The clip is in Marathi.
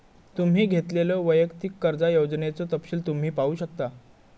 तुम्ही घेतलेल्यो वैयक्तिक कर्जा योजनेचो तपशील तुम्ही पाहू शकता